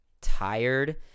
tired